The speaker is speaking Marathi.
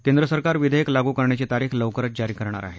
केंद्र सरकार विधेयक लागू करण्याची तारीख लवकरच जारी करणार आहे